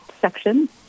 section